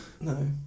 No